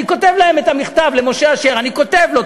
אני כותב למשה אשר את המכתב,